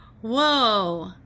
Whoa